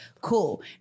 cool